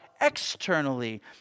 externally